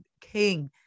king